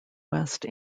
west